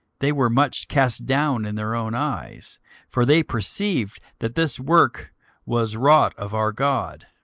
they were much cast down in their own eyes for they perceived that this work was wrought of our god.